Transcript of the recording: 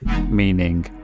meaning